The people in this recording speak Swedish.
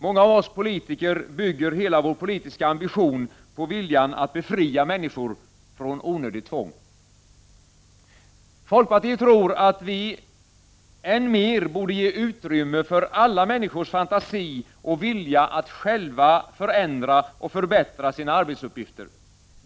Många av oss politiker bygger hela vår politiska ambition på viljan att befria människor från onödigt tvång. Folkpartiet tror att vi än mer borde ge utrymme för alla människors fantasi och vilja att själva förändra och förbättra sina arbetsuppgifter.